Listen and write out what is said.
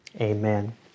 Amen